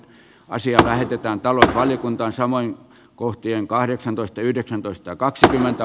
asiaa lähdetään tallustaa liikuntaa samoin kohteen kahdeksantoista yhdeksäntoista kaksikymmentä